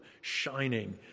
shining